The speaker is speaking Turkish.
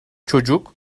çocuk